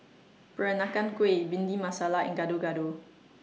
Peranakan Kueh Bhindi Masala and Gado Gado